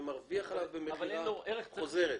הוא מרוויח עליו במכירה חוזרת.